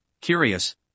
Curious